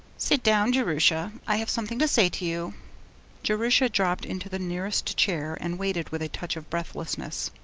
sit down, jerusha, i have something to say to you jerusha dropped into the nearest chair and waited with a touch of breathlessness.